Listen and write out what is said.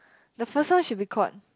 the first one should be called